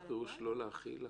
מה פירוש לא להחיל?